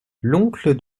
l’oncle